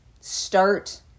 start